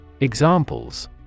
Examples